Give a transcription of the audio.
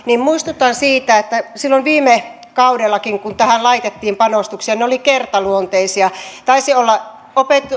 muistutan siitä että silloin viime kaudellakin kun tähän laitettiin panostuksia ne olivat kertaluonteisia taisi olla